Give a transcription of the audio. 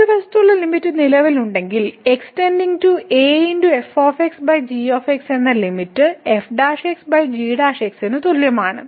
വലതുവശത്തുള്ള ലിമിറ്റ് നിലവിലുണ്ടെങ്കിൽ x → a f g എന്ന ലിമിറ്റ് ന് തുല്യമാണ്